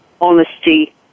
honesty